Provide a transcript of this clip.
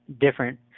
different